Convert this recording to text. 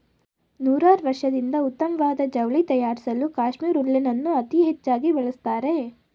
ನೂರಾರ್ವರ್ಷದಿಂದ ಉತ್ತಮ್ವಾದ ಜವ್ಳಿ ತಯಾರ್ಸಲೂ ಕಾಶ್ಮೀರ್ ಉಲ್ಲೆನನ್ನು ಅತೀ ಹೆಚ್ಚಾಗಿ ಬಳಸ್ತಾರೆ